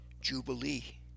jubilee